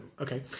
Okay